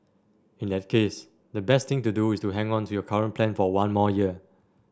in that case the best thing to do is to hang on to your current plan for one more year